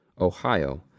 Ohio